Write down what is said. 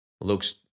looks